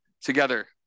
together